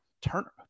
Turner